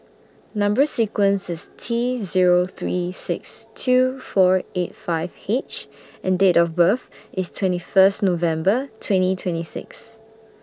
Number sequence IS T Zero three six two four eight five H and Date of birth IS twenty First November twenty twenty six